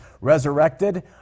resurrected